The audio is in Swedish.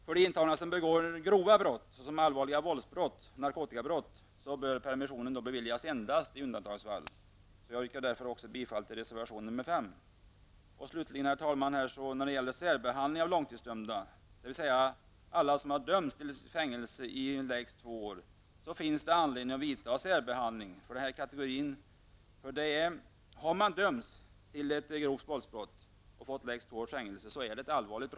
För intagna som begår grova brott, såsom allvarliga våldsbrott och narkotikabrott, bör permission beviljas endast i undantagsfall. Jag yrkar därmed bifall till reservation 5. Herr talman! Slutligen när det gäller särbehandling av långtidsdömda, dvs. de som dömts till fängelse i lägst två år, finns det anledning att särbehandla denna kategori. Om man har dömts för ett grovt våldsbrott och fått lägst två års fängelse är brottet allvarligt.